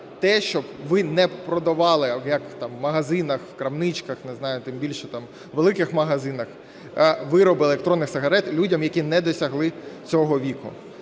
те, щоб ви не продавали, як там, в магазинах, в крамничках, не знаю, тим більше там у великих магазинах вироби електронних сигарет людям, які не досягли цього віку.